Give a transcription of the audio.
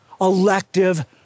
elective